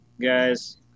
guys